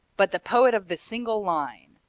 but the poet of the single line,